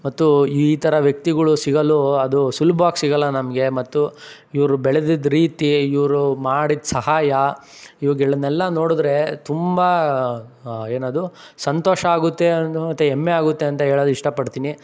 ಮತ್ತು ಈ ಥರ ವ್ಯಕ್ತಿಗಳು ಸಿಗಲು ಅದು ಸುಲಭವಾಗಿ ಸಿಗಲ್ಲ ನಮಗೆ ಮತ್ತು ಇವರು ಬೆಳೆದಿದ್ದ ರೀತಿ ಇವರು ಮಾಡಿದ ಸಹಾಯ ಇವುಗಳನ್ನೆಲ್ಲ ನೋಡಿದ್ರೆ ತುಂಬ ಏನದು ಸಂತೋಷ ಆಗುತ್ತೆ ಅನ್ನೋದು ಹೆಮ್ಮೆ ಆಗುತ್ತೆ ಅಂತ ಹೇಳಲು ಇಷ್ಟಪಡ್ತೀನಿ